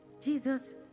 jesus